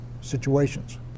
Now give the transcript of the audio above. situations